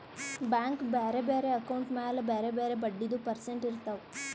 bank ಬ್ಯಾರೆ ಬ್ಯಾರೆ account ಮ್ಯಾಲ ಬ್ಯಾರೆ ಬ್ಯಾರೆ ಬಡ್ಡಿದು ಪರ್ಸೆಂಟ್ ಇರ್ತಾವ್